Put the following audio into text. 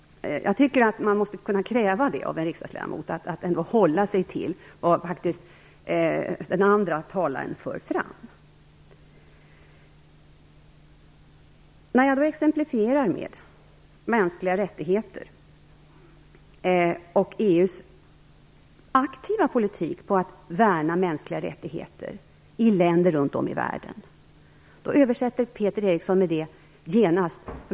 Jag tycker att man måste kunna kräva av en riksdagsledamot att han eller hon håller sig till vad den andra talaren faktiskt för fram. När jag exemplifierar med EU:s aktiva politik för att värna mänskliga rättigheter i länder runt om i världen översätter Peter Eriksson det genast.